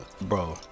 bro